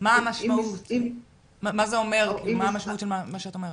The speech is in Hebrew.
מה המשמעות של מה שאת אומרת?